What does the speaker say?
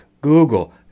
Google